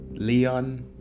Leon